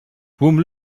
tłum